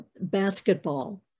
basketball